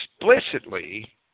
explicitly